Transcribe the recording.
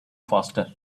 faster